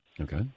Okay